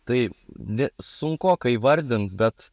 tai ne sunkoka įvardint bet